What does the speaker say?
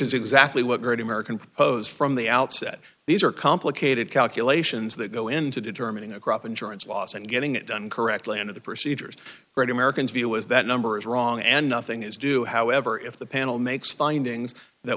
is exactly what great american proposed from the outset these are complicated calculations that go into determining a crop insurance loss and getting it done correctly under the procedures right americans view is that number is wrong and nothing is due however if the panel makes findings that